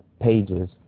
pages